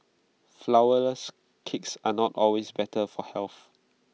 Flourless Cakes are not always better for health